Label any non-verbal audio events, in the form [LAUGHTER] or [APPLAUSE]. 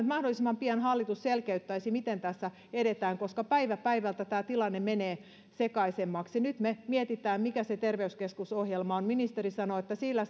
[UNINTELLIGIBLE] mahdollisimman pian hallitus selkeyttäisi miten tässä edetään koska päivä päivältä tämä tilanne menee sekaisemmaksi nyt me mietimme mikä se terveyskeskusohjelma on ministeri sanoo että sillä [UNINTELLIGIBLE]